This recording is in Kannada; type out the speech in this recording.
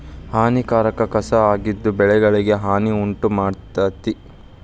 ಹಾನಿಕಾರಕ ಕಸಾ ಆಗಿದ್ದು ಬೆಳೆಗಳಿಗೆ ಹಾನಿ ಉಂಟಮಾಡ್ತತಿ